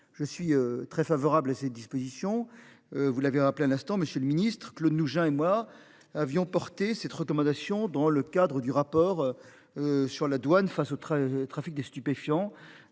Je suis très favorable à ces dispositions. Vous l'avez rappelé à l'instant monsieur le Ministre Claude Mougin et moi avions porter cette recommandation, dans le cadre du rapport. Sur la douane face au très trafic des stupéfiants,